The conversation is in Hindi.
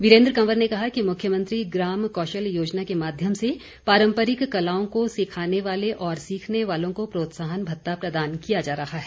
वीरेन्द्र कंवर ने कहा कि मुख्यमंत्री ग्राम कौशल योजना के माध्यम से पारम्परिक कलाओं को सिखाने वाले तथा सीखने वालों को प्रोत्साहन भत्ता प्रदान किया जा रहा है